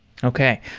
okay.